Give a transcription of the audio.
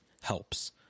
helps